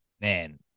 man